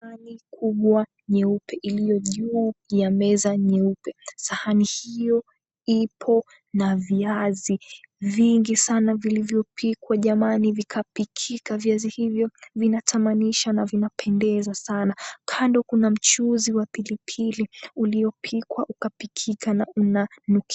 Sahani kubwa nyeupe iliyojuu ya meza nyeupe. Sahani hiyo ipo na viazi vingi sana vilivyopikwa jamani vikapikika. viazi hivyo vionatamanisha na vinapendeza sana. Kando kuna mchuzi wa pilipili uliopikwa ukapikika na unanukia.